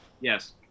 Yes